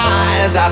eyes